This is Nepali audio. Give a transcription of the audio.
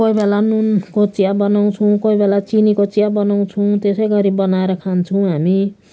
कोही बेला नुनको चिया बनाउँछौँ कोही बेला चिनीको चिया बनाउँछौँ त्यसै गरी बनाएर खान्छौँ हामी